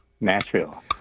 Nashville